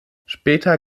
später